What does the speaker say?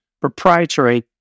proprietary